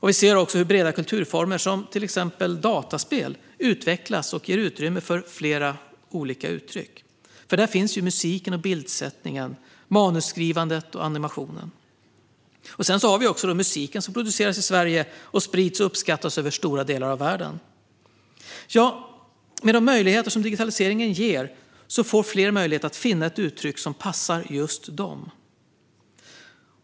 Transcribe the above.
Vi ser också hur breda kulturformer som dataspel utvecklas och ger utrymme för flera olika uttryck. Där finns ju musiken och bildsättningen, manusskrivandet och animationen. Vi har också musiken som produceras i Sverige och sprids och uppskattas över stora delar av världen. Ja - med de möjligheter som digitaliseringen ger kan fler finna ett uttryck som passar just dem.